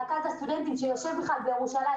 רכז הסטודנטים שיושב בירושלים,